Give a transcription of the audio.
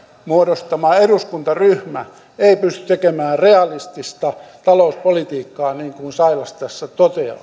muodostama eduskuntaryhmä ei pysty tekemään realistista talouspolitiikkaa niin kuin sailas tässä